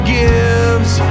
gives